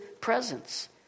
presence